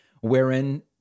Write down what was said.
wherein